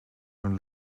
hun